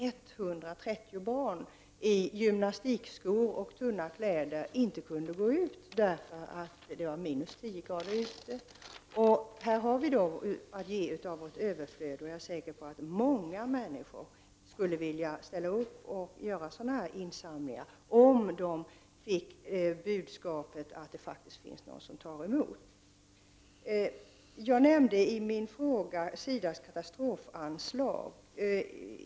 130 barn hade endast gymnastikskor och tunna kläder och kunde därför inte gå ut när det var minus 10 grader ute. Vi måste alltså ge av vårt överflöd. Jag är säker på att många människor vill ställa upp på insamlingar. Men det gäller då att de också får budskapet att det finns människor som tar emot inlämnade saker. Jag nämnde i min fråga SIDA:s katastrofanslag.